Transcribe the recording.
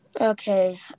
Okay